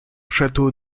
château